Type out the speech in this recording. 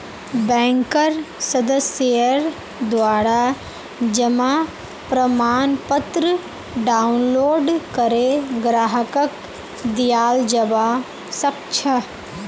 बैंकेर सदस्येर द्वारा जमा प्रमाणपत्र डाउनलोड करे ग्राहकक दियाल जबा सक छह